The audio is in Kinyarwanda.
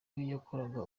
yakoraga